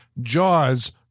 jaws